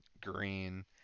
Green